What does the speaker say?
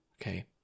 okay